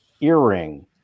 earring